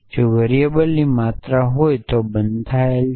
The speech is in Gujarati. જો વેરીએબલની માત્રા હોય તો તે બંધાયેલ છે